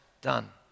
done